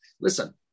listen